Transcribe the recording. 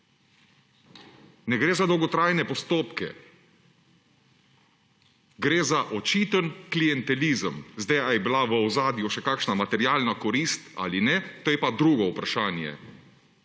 ne gre za dolgotrajne postopke. Gre za očiten klientelizem. Ali je bila v ozadju še kakšna materialna korist ali ne, to je pa drugo vprašanje.